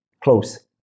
close